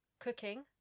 Cooking